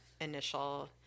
initial